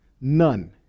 None